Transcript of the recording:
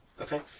okay